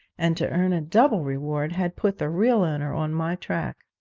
and to earn a double reward had put the real owner on my track.